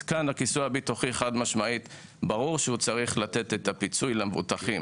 אז כאן זה ברור שהכיסוי הביטוחי צריך לתת את הפיצוי למבוטחים.